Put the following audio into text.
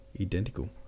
Identical